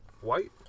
White